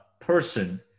person